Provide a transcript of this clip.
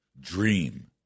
dream